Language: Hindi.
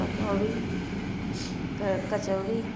पकौड़ी कचौरी